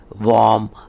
warm